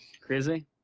Crazy